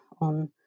on